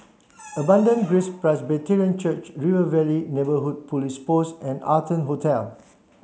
Abundant Grace Presbyterian Church River Valley Neighbourhood Police Post and Arton Hotel